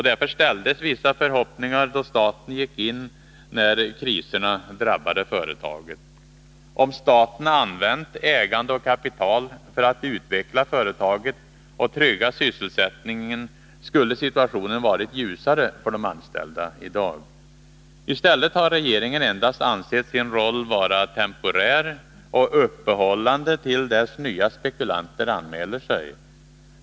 Därför ställdes vissa förhoppningar då staten gick in, när kriserna drabbade företaget. Om staten använt ägande och kapital för att utveckla företaget och trygga sysselsättningen, skulle situationen i dag ha varit ljusare för de anställda. I stället har regeringen endast ansett sin roll vara temporär och uppehållande, till dess nya spekulanter anmäler sig.